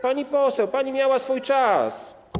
Pani poseł, pani miała swój czas.